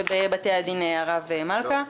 ובבתי הדין הרבניים מול הרב מלכה.